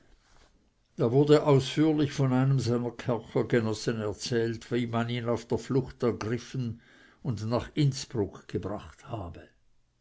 da wurde ausführlich von einem seiner kerkergenossen erzählt wie man ihn auf der flucht ergriffen und nach innsbruck gebracht habe